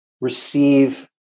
receive